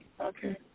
Okay